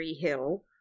hill